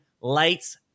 lights